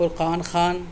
Furqan Khan